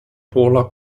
paula